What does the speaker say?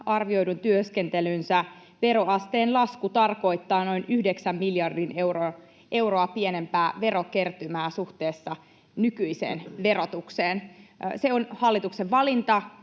arvioidun työskentelynsä, veroasteen lasku tarkoittaa noin yhdeksän miljardia euroa pienempää verokertymää suhteessa nykyiseen verotukseen. On hallituksen valinta